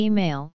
Email